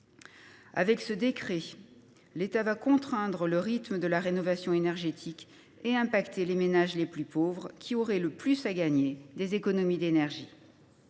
Avec ce décret, l’État va contraindre le rythme de la rénovation énergétique, et ce au détriment des ménages les plus pauvres, qui auraient le plus à gagner des économies d’énergie.